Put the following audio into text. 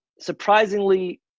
surprisingly